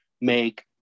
make